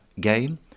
game